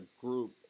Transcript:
group